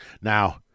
Now